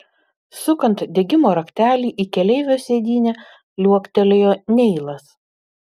sukant degimo raktelį į keleivio sėdynę liuoktelėjo neilas